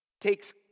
takes